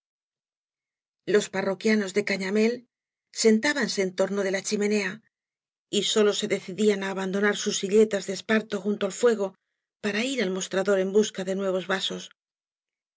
los parroquianos de cañamél sentábanse ea torno de la chimenea y sólo se decidían á abandonar sus silletas de esparto junto al fuego para ir al mostrador en busca de nuevos vasos